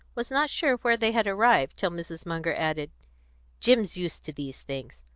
was not sure where they had arrived, till mrs. munger added jim's used to these things.